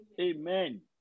Amen